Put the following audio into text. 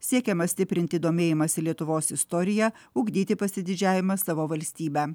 siekiama stiprinti domėjimąsi lietuvos istorija ugdyti pasididžiavimą savo valstybe